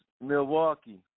Milwaukee